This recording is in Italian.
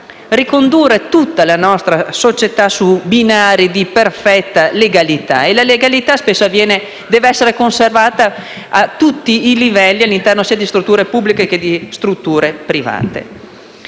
ricondurre tutta la nostra società su binari di perfetta legalità, da conservare a tutti i livelli, all'interno sia di strutture pubbliche che di strutture private.